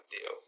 deal